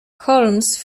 holmes